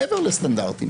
מעבר לסטנדרטים,